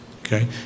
Okay